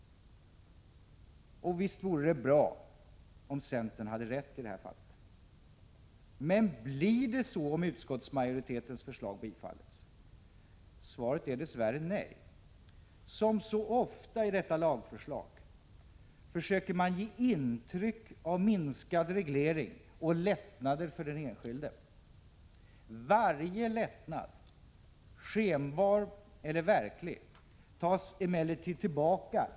Visst vore det bra om centern i detta fall hade rätt. Men blir det så om utskottsmajoritetens förslag bifalles? Svaret är dess värre nej. Som så ofta i detta lagförslag försöker man ge intryck av minskad reglering och lättnader för den enskilde. Varje lättnad, skenbar eller verklig, tas emellertid tillbakai — Prot.